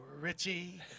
Richie